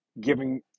giving